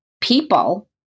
people